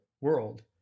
world